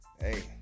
hey